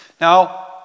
Now